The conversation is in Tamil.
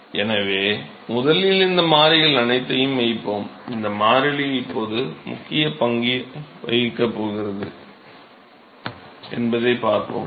மாணவர் எனவே முதலில் இந்த மாறிலிகள் அனைத்தையும் வைப்போம் இந்த மாறிலி இப்போது முக்கிய பங்கை வகிக்கப் போகிறது என்பதைப் பார்ப்போம்